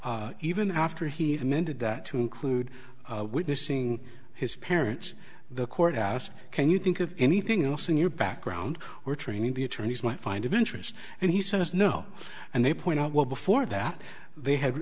no even after he amended that to include witnessing his parents the court asked can you think of anything else in your background or training the attorneys might find of interest and he says no and they point out well before that they had